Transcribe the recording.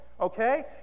okay